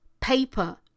paper